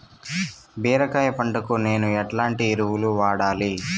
బీరకాయ పంటకు నేను ఎట్లాంటి ఎరువులు వాడాలి?